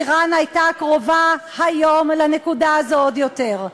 איראן הייתה קרובה היום לנקודה הזו עוד יותר.